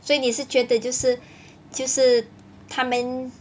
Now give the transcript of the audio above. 所以你是觉得就是就是他们